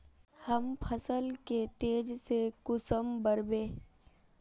हम फसल के तेज से कुंसम बढ़बे?